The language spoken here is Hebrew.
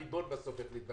הריבון בסוף יחליט,